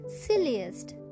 silliest